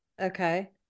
Okay